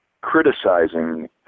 criticizing